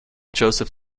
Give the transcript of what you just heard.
joseph